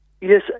Yes